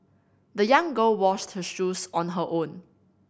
the young girl washed her shoes on her own